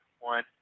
one